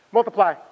Multiply